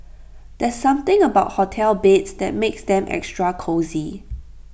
there's something about hotel beds that makes them extra cosy